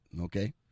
okay